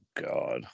God